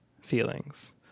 feelings